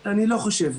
רגע, אני לא חושב.